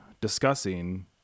discussing